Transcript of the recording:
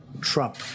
Trump